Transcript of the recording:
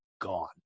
gone